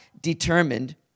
determined